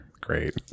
Great